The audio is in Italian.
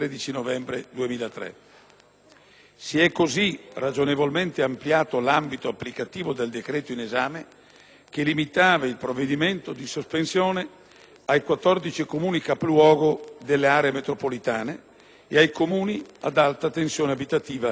Si è così ragionevolmente ampliato l'ambito applicativo del decreto in esame, che limitava il provvedimento di sospensione ai 14 Comuni capoluogo delle aree metropolitane ed ai Comuni ad alta tensione abitativa con esse confinanti.